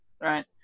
right